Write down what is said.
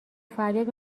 فریاد